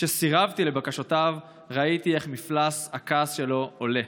כשסירבתי לבקשותיו, ראיתי איך מפלס הכעס שלו עולה.